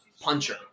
puncher